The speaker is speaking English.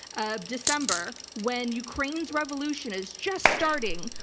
ah december, when ukraine's revolution is just starting,